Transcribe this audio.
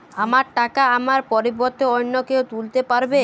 আমার টাকা আমার পরিবর্তে অন্য কেউ তুলতে পারবে?